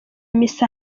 misa